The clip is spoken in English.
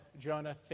Jonah